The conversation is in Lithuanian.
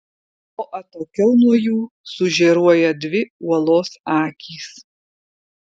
o atokiau nuo jų sužėruoja dvi uolos akys